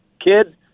Kid